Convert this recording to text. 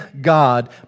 God